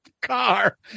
car